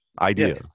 idea